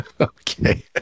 Okay